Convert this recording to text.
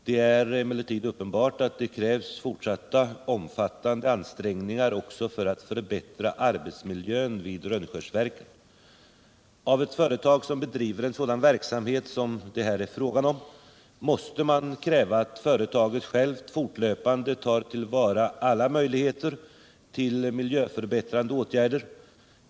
Det är emellertid uppenbart att det krävs fortsatta omfattande ansträngningar också för att förbättra arbetsmiljön vid Rönnskärsverken. Aveett företag som bedriver en sådan verksamhet som det här är fråga om måste man kräva att företaget självt fortlöpande tar till vara alla möjligheter till miljöförbättrande åtgärder.